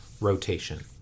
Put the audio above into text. rotation